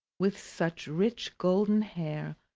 with such rich golden hair,